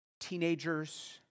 teenagers